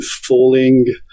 falling